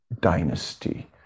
dynasty